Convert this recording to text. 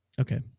Okay